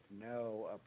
no